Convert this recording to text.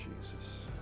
jesus